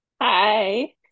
Hi